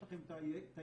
יש לכם את הידע,